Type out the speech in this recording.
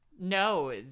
No